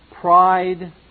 pride